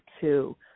two